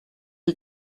die